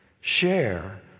share